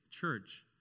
church